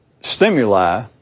stimuli